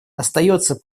остается